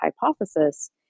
hypothesis